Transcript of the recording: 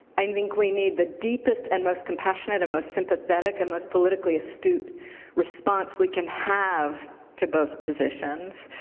i think we need the deepest and most compassionate and most sympathetic and most politically astute response we can have to both positions,